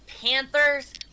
panthers